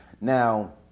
Now